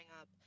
up